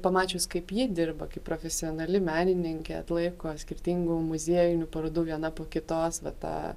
pamačius kaip ji dirba kaip profesionali menininkė atlaiko skirtingų muziejinių parodų viena po kitos va tą